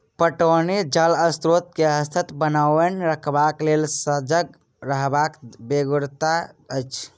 पटौनी जल स्रोत के सतत बनओने रखबाक लेल सजग रहबाक बेगरता अछि